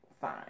fine